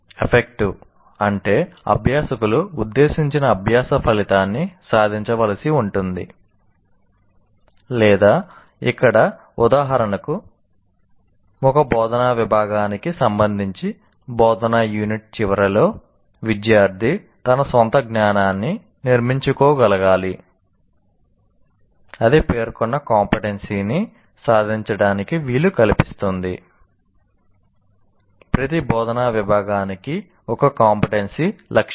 effective లక్ష్యం